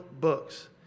books